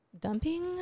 dumping